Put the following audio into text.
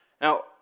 Now